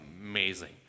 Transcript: Amazing